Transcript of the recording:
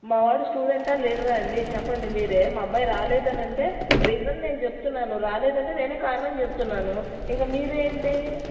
మా వాడు స్టూడెంటా లీడరా అండి చెప్పండి మీరే మా అబ్బాయి రాలేదని అంటే రీజన్ నేను చెప్తున్నాను రాలేదంటే నేను కారణం చెప్తున్నాను ఇంక మీరు ఏంటి